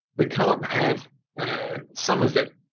we can't have and some of it,